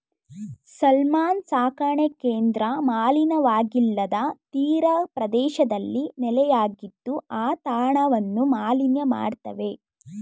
salmon ಸಾಕಣೆ ಕೇಂದ್ರ ಮಲಿನವಾಗಿಲ್ಲದ ತೀರಪ್ರದೇಶದಲ್ಲಿ ನೆಲೆಯಾಗಿದ್ದು ಆ ತಾಣವನ್ನು ಮಾಲಿನ್ಯ ಮಾಡ್ತವೆ